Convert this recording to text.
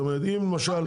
נכון,